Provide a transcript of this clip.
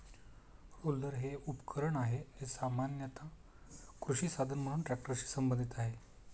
roller हे एक उपकरण आहे, जे सामान्यत कृषी साधन म्हणून ट्रॅक्टरशी संबंधित आहे